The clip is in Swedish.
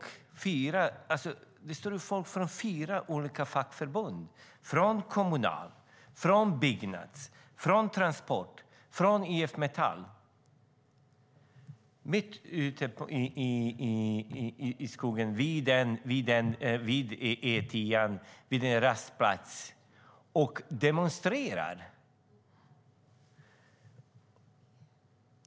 Det stod folk från fyra olika fackförbund - Kommunal, Byggnads, Transport och IF Metall - mitt ute i skogen vid en rastplats längs med E10:an och demonstrerade.